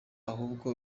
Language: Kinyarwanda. ahubwo